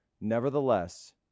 nevertheless